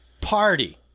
party